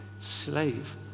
slave